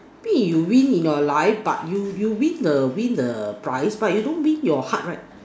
be your wining in your life but you you win the win the prize but you don't win your heart right